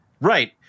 Right